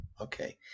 okay